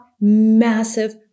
massive